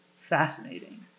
fascinating